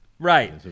Right